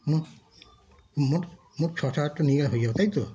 মোট মোট মোট ছ সাত হাজার টাকা নিয়ে গেলে হয়ে যাবে তাই তো